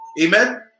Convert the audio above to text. Amen